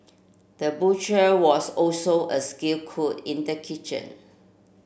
the butcher was also a skilled cook in the kitchen